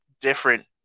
different